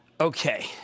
Okay